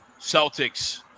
Celtics